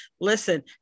listen